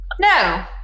No